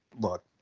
look